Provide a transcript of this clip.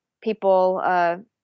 people